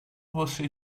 você